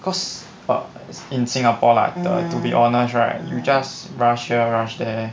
cause err in singapore lah the to be honest right you just rush here rush there